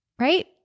right